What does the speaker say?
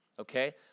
Okay